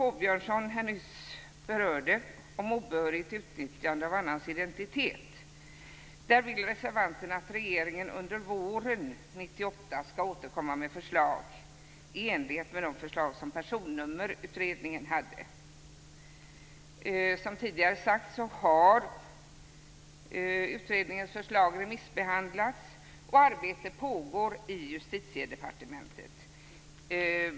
Åbjörnsson nyss berörde om obehörigt utnyttjande av annans identitet vill reservanterna att regeringen skall återkomma med förslag under våren 1998 i enlighet med de förslag som Personnummerutredningen hade. Som tidigare sagts har utredningens förslag remissbehandlats och arbete pågår i Justitiedepartementet.